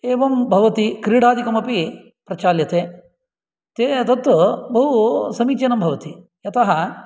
एवं भवति क्रीडादिकमपि प्रचाल्यते ते तत्तु बहुसमीचीनं भवति यतः